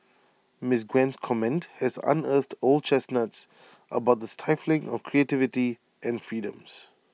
miss Gwen's comment has unearthed old chestnuts about the stifling of creativity and freedoms